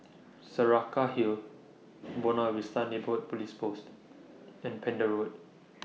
Saraca Hill Buona Vista Neighbourhood Police Post and Pender Road